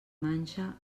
manxa